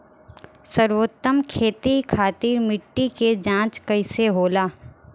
सर्वोत्तम खेती खातिर मिट्टी के जाँच कईसे होला?